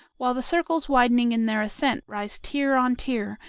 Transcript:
while the circles widening in their ascent rise tier on tier,